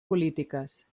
polítiques